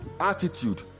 attitude